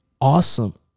awesome